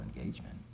engagement